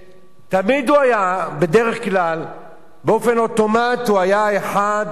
שבדרך כלל באופן אוטומטי היה אחד